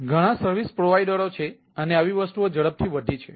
તેથી ઘણા સર્વિસ પ્રોવાઇડરઓ છે અને આવી વસ્તુઓ ઝડપથી વધી છે